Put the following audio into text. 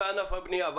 הבנייה.